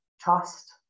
trust